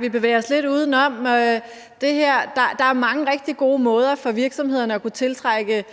Vi bevæger os lidt uden om det her. Der er mange rigtig gode måder for virksomhederne at tiltrække